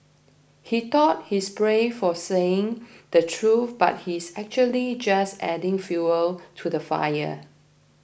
he thought he's brave for saying the truth but he's actually just adding fuel to the fire